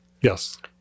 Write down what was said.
yes